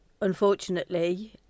unfortunately